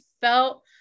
felt